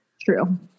True